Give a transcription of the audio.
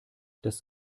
das